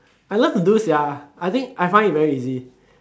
I love to do sia I think I find it very easy